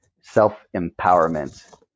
self-empowerment